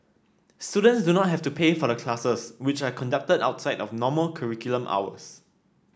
students do not have to pay for the classes which are conducted outside of normal curriculum hours